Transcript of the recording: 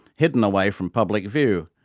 hidden away from public view,